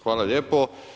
Hvala lijepo.